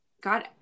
God